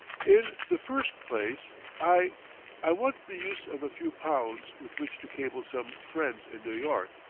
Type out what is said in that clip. in the first place, i i want the use of a few pounds with which to cable some friends in new york,